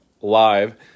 live